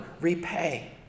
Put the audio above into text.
repay